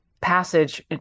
passage